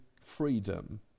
freedom